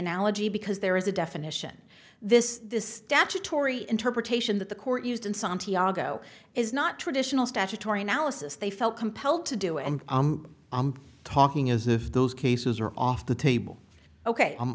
analogy because there is a definition this is the statutory interpretation that the court used in santiago is not traditional statutory analysis they felt compelled to do and i'm talking as if those cases are off the table ok